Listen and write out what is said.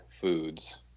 foods